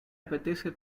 apetece